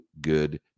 good